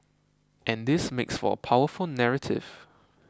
and this makes for a powerful narrative